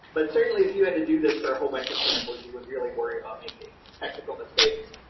but certainly if you had to do this for a whole bunch of samples, you would really worry about making technical mistakes,